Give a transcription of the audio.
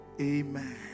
amen